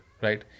right